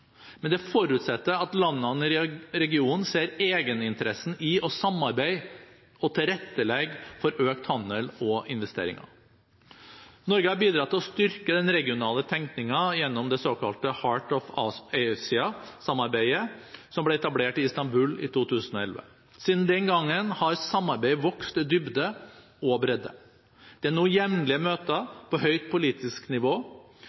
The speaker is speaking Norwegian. Men det forutsetter at landene i regionen ser egeninteressen i å samarbeide og tilrettelegge for økt handel og investeringer. Norge har bidratt til å styrke denne regionale tenkningen gjennom det såkalte Heart of Asia-samarbeidet som ble etablert i Istanbul i 2011. Siden den gangen har samarbeidet vokst i dybde og bredde. Det er nå jevnlige møter på høyt politisk nivå,